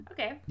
Okay